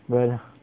人